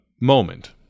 moment